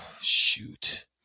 Shoot